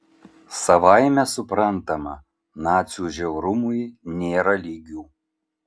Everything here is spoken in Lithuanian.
savaime suprantama nacių žiaurumui nėra lygių